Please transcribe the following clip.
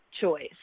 choice